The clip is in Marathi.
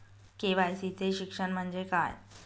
के.वाय.सी चे शिक्षण म्हणजे काय?